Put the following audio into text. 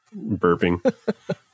burping